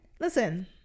listen